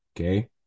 Okay